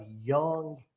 young